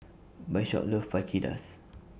Bishop loves Fajitas